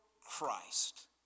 Christ